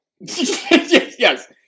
Yes